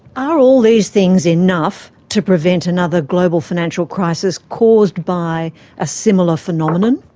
are all these things enough to prevent another global financial crisis caused by a similar phenomenon?